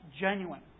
genuine